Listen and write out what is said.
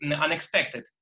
unexpected